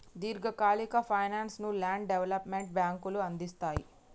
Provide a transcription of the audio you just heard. దీర్ఘకాలిక ఫైనాన్స్ ను land development బ్యేంకులు అందిస్తయ్